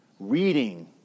reading